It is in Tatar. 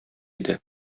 иде